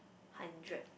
hundred